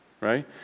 right